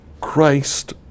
Christ